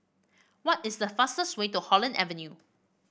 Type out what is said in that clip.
what is the fastest way to Holland Avenue